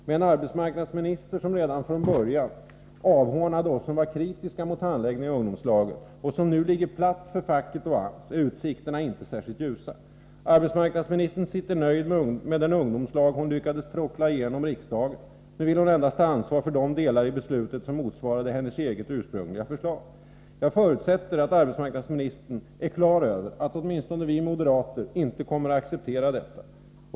Med en arbetsmarknadsminister som redan från början avhånade oss som var kritiska mot handläggningen av ungdomslagen och som nu ligger platt för facket och AMS är utsikterna inte särskilt ljusa. Arbetsmarknadsministern sitter nöjd med den ungdomslag hon lyckades lotsa igenom här i riksdagen. Nu vill hon endast ta ansvar för de delar i beslutet som motsvaras av hennes eget ursprungliga förslag. Jag förutsätter att arbetsmarknadsministern är på det klara med att åtminstone vi moderater inte kommer att acceptera detta.